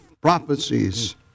prophecies